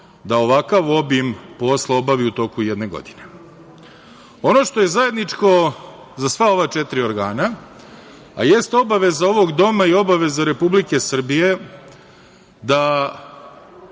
da ovakav obim posla obavi u toku jedne godine. Ono što je zajedničko za sva ova četiri organa, a jeste obaveza ovog doma i obaveza Republike Srbije, jer